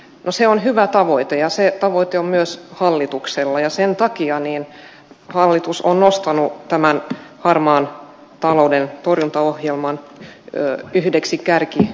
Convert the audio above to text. no se on hyvä tavoite ja se tavoite on myös hallituksella ja sen takia hallitus on nostanut tämän harmaan talouden torjuntaohjelman yhdeksi kärkihankkeeksi